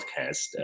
podcast